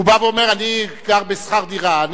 הוא בא ואומר: אני גר בשכר דירה.